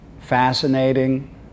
fascinating